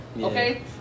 okay